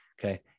okay